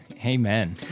Amen